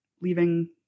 leaving